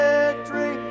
victory